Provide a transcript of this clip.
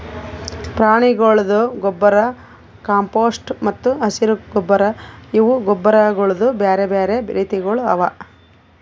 ಪ್ರಾಣಿಗೊಳ್ದು ಗೊಬ್ಬರ್, ಕಾಂಪೋಸ್ಟ್ ಮತ್ತ ಹಸಿರು ಗೊಬ್ಬರ್ ಇವು ಗೊಬ್ಬರಗೊಳ್ದು ಬ್ಯಾರೆ ಬ್ಯಾರೆ ರೀತಿಗೊಳ್ ಅವಾ